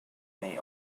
may